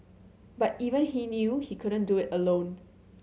but even he knew he couldn't do it alone